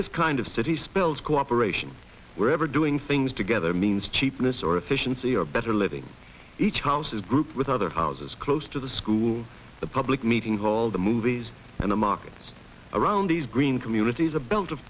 this kind of city spells cooperation wherever doing things together means cheapness or efficiency or better living each house is grouped with other houses close to the school the public meetings all the movies and the markets around these green communities a belt of